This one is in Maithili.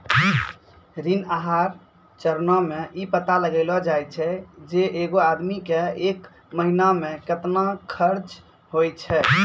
ऋण आहार चरणो मे इ पता लगैलो जाय छै जे एगो आदमी के एक महिना मे केतना खर्चा होय छै